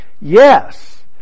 Yes